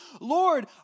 Lord